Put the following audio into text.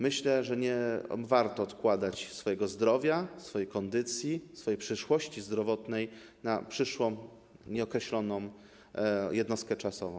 Myślę, że nie warto odkładać swojego zdrowia, swojej kondycji, swojej przyszłości zdrowotnej na przyszłą nieokreśloną jednostkę czasową.